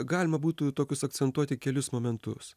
galima būtų tokius akcentuoti kelis momentus